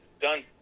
Done